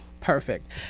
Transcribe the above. perfect